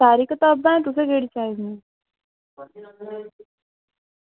सारियां कताबां हैन तुसें केह्ड़ी चाहिदी